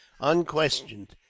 unquestioned